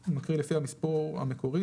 אני מקריא לפי המספור המקורי.